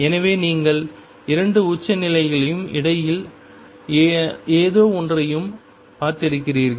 எனவே நீங்கள் இரண்டு உச்சநிலைகளையும் இடையில் ஏதோவொன்றையும் பார்த்திருக்கிறீர்கள்